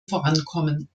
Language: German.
vorankommen